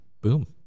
boom